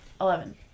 Eleven